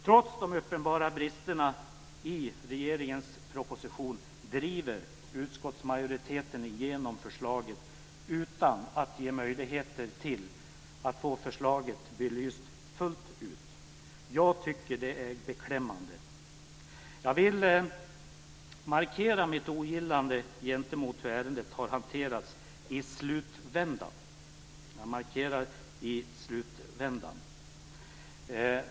Trots de uppenbara bristerna i regeringens proposition driver utskottsmajoriteten igenom förslaget utan att ge möjligheter till att få det belyst fullt ut. Jag tycker att det är beklämmande. Jag vill markera mitt ogillande gentemot hur ärendet har hanterats i slutvändan - och jag markerar i slutvändan.